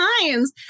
times